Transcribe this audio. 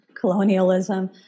colonialism